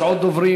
יש עוד דוברים,